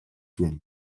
from